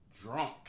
Drunk